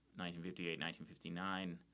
1958-1959